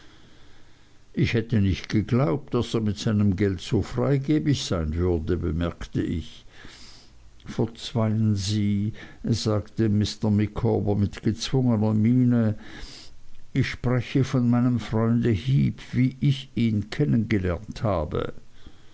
ich hätte nicht geglaubt daß er mit seinem geld so freigebig sein würde bemerkte ich verzeihen sie sagte mr micawber mit gezwungener miene ich spreche von meinem freunde heep wie ich ihn kennen gelernt habe